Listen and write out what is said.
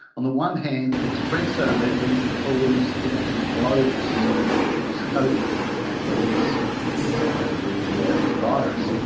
on the one hand it spreads so readily because it can blow this ah this coating and and release the ah the virus,